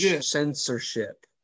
Censorship